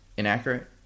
inaccurate